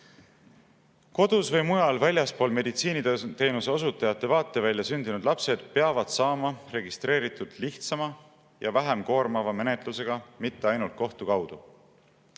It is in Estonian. Kodus või mujal väljaspool meditsiiniteenuse osutajate vaatevälja sündinud lapsed peavad saama registreeritud lihtsama ja vähem koormava menetlusega, mitte ainult kohtu kaudu.